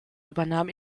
übernahm